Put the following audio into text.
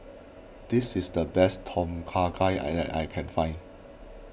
this is the best Tom Kha Gai I that I can find